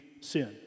sin